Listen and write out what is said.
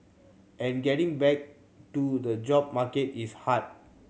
and getting back to the job market is hard